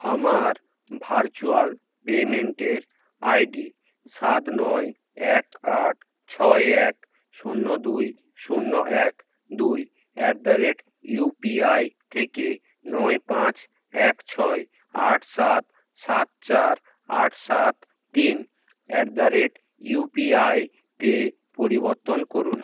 আমার ভার্চুয়াল পেমেন্টের আইডি সাত নয় এক আট ছয় এক শূন্য দুই শূন্য এক দুই অ্যাট দ্য রেট ইউপিআই থেকে নয় পাঁচ এক ছয় আট সাত সাত চার আট সাত তিন অ্যাট দ্য রেট ইউপিআই তে পরিবর্তন করুন